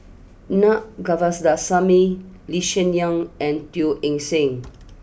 Naa Govindasamy Lee Hsien Yang and Teo Eng Seng